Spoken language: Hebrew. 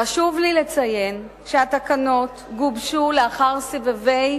חשוב לי לציין שהתקנות גובשו לאחר סבבי